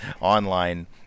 online